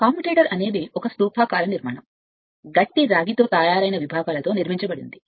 commutator అనేది ఒక స్థూపాకార నిర్మాణం గట్టిగా గీసిన రాగితో తయారైన విభాగాలతో నిర్మించబడింది